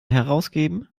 herausgeben